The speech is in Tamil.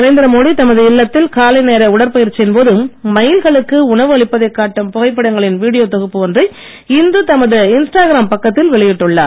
நரேந்திர மோடி தமது இல்லத்தில் காலை நேர உடற்பயிற்சியின் போது மயில்களுக்கு உணவு அளிப்பதைக் காட்டும் புகைப்படங்களில் வீடியோ தொகுப்பு ஒன்றை இன்று தமது இன்ஸ்டாகிராம் பக்கத்தில் வெளியிட்டுள்ளார்